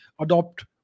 adopt